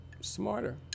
Smarter